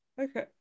Okay